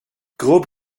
grob